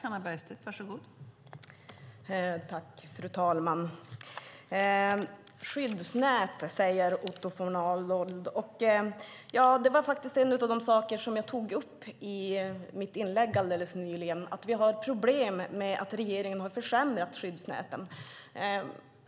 Fru talman! Skyddsnät, säger Otto von Arnold. Det var en av de saker som jag tog upp i mitt anförande. Vi har problem med att regeringen har försämrat skyddsnäten.